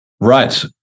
right